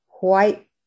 white